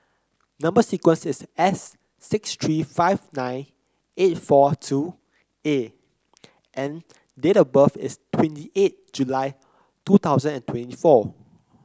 number sequence is S six three five nine eight four two A and date of birth is twenty eight July two thousand and twenty four